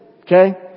Okay